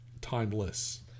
timeless